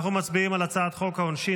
אנחנו מצביעים על הצעת חוק העונשין